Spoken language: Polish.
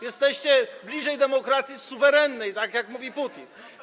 Jesteście bliżej demokracji suwerennej, tak jak mówi Putin.